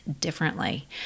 differently